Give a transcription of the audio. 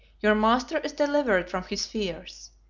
your master is delivered from his fears.